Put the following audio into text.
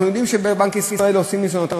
אנחנו יודעים שבבנק ישראל עושים ניסיונות,